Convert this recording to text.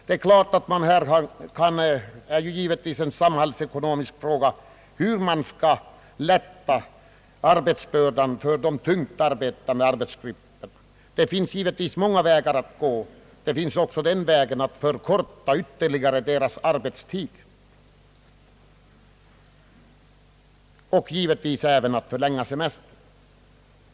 Det är givetvis en samhällsekonomisk fråga hur man skall lätta arbetsbördan för de tungt arbetande grupperna. Det finns många vägar att gå. Man kan ytterligare förkorta deras arbetstid, och man kan även förlänga semestern.